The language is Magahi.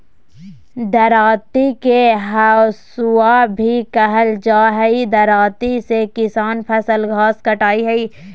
दरांती के हसुआ भी कहल जा हई, दरांती से किसान फसल, घास काटय हई